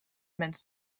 mint